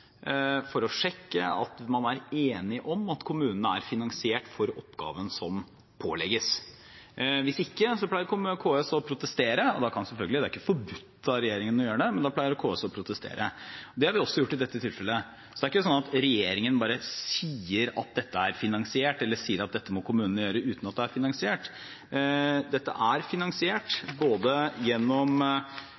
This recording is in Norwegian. for å sjekke at man er enig om at kommunene er finansiert for oppgaven som pålegges – hvis ikke pleier KS å protestere, det er ikke forbudt for regjeringen å gjøre det, men da pleier KS å protestere – og det har vi også gjort i dette tilfellet. Så det er ikke slik at regjeringen bare sier at dette er finansiert, eller sier at dette må kommunene gjøre uten at det er finansiert. Dette er finansiert,